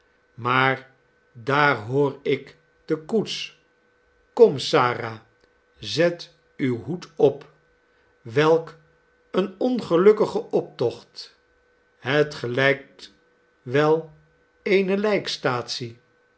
maar daar hoor ik de koets korn sara zet uw hoed op welk een ongelukkige optocht het gelijkt wel